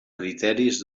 criteris